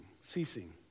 Ceasing